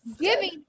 giving